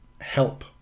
help